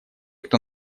кто